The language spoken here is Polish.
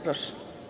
Proszę.